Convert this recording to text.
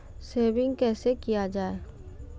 Saving कैसै किया जाय?